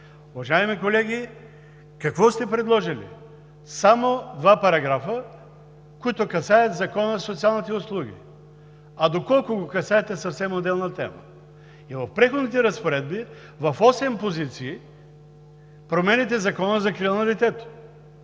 Уважаеми колеги, какво сте предложили? Само два параграфа, които касаят Закона за социалните услуги, а доколко го касаят, е съвсем отделна тема. И в Преходните разпоредби в осем позиции променяте Закона за закрила на детето,